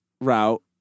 route